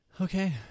okay